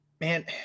man